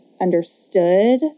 understood